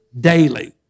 daily